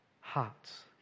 hearts